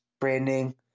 branding